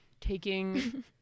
taking